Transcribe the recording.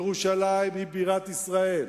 ירושלים היא בירת ישראל,